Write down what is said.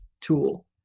tool